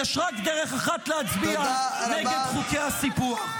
יש רק דרך אחת להצביע, נגד חוקי הסיפוח.